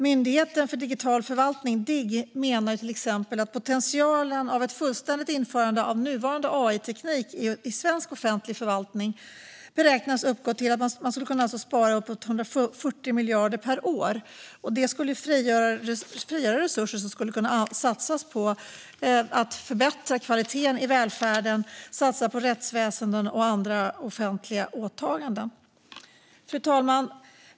Myndigheten för digital förvaltning, Digg, menar till exempel att potentialen av ett fullständigt införande av nuvarande AI-teknik i svensk offentlig förvaltning beräknas uppgå till en besparing på uppemot 140 miljarder per år. Det skulle frigöra resurser som skulle kunna satsas på att förbättra kvaliteten i välfärden, rättsväsen och andra offentliga åtaganden. Fru talman!